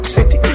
City